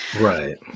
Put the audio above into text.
right